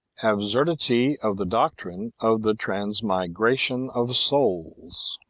absurdity of the doctrine of the transmigration of souls.